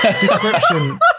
Description